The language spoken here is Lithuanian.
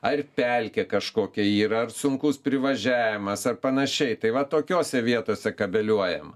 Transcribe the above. ar pelkė kažkokia yra ar sunkus privažiavimas ar panašiai tai va tokiose vietose kabeliuojam